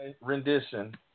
rendition